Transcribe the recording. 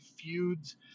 feuds